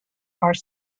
are